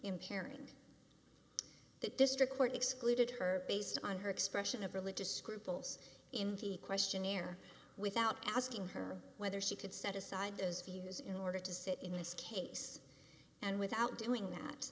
impairing that district court excluded her based on her expression of religious scruples in the questionnaire without asking her whether she could set aside those views in order to sit in this case and without doing